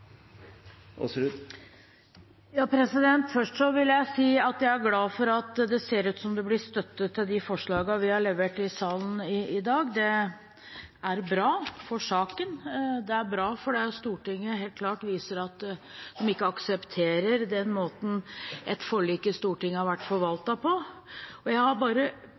glad for at det ser ut til å bli støtte til forslagene vi har levert i salen i dag. Det er bra for saken. Det er bra fordi Stortinget viser helt klart at de ikke aksepterer måten et forlik i Stortinget har vært forvaltet på. Jeg har bare